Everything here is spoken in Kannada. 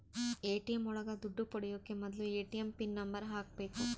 ಎ.ಟಿ.ಎಂ ಒಳಗ ದುಡ್ಡು ಪಡಿಯೋಕೆ ಮೊದ್ಲು ಎ.ಟಿ.ಎಂ ಪಿನ್ ನಂಬರ್ ಹಾಕ್ಬೇಕು